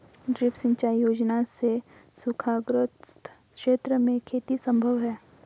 drip सिंचाई योजना से सूखाग्रस्त क्षेत्र में खेती सम्भव है